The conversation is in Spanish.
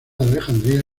alejandría